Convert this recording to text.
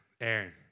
Aaron